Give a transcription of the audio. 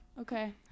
Okay